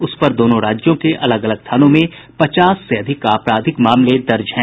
उसपर दोनों राज्यों के अलग अलग थानों मे पचास से अधिक आपराधिक मामले दर्ज हैं